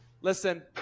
listen